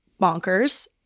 bonkers